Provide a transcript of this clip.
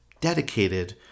dedicated